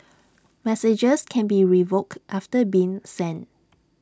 messages can be revoked after being sent